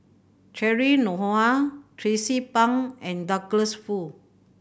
Cheryl Noronha Tracie Pang and Douglas Foo